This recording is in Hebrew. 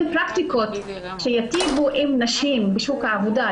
פרקטיקות שיטיבו עם נשים בשוק העבודה,